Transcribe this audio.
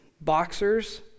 boxers